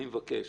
אני מבקש.